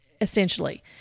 essentially